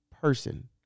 person